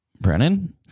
Brennan